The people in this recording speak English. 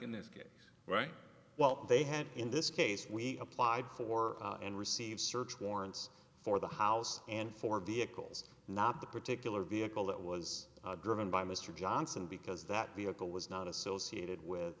in this case right well they had in this case we applied for and received search warrants for the house and for vehicles not the particular vehicle that was driven by mr johnson because that vehicle was not associated with